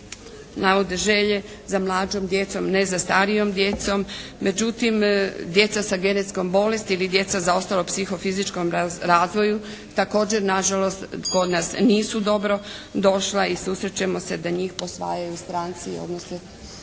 navode želje za mlađom djecom, ne za starijom djecom. Međutim, djeca sa genetskom bolesti ili djeca zaostala u psiho-fizičkom razvoju također na žalost kod nas nisu dobro došla i susrećemo se da njih posvajaju stranci i odnose